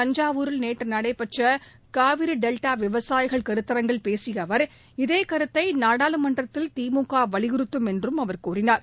தஞ்சாவூரில் நேற்று நடைபெற்ற காவிரி டெல்டா விவசாயிகள் கருத்தரங்கில் பேசிய அவர் இதே கருத்தை நாடாளுமன்றத்தில் திமுக வலியுறுத்தும் என்று கூறினார்